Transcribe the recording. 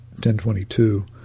1022